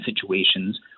situations